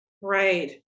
Right